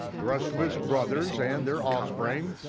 the rest of his brothers and their offspring,